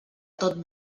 tot